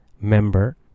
member